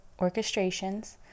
Orchestrations